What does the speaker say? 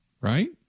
right